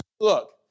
Look